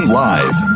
live